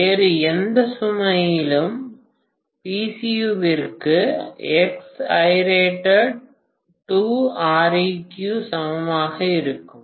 வேறு எந்த சுமையிலும் Pcu விற்கு 2Req சமமாக இருக்கும்